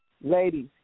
ladies